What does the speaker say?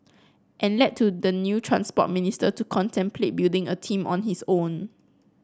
and led to the new Transport Minister to contemplate building a team on his own